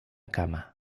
cama